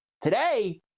today